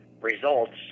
results